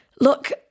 look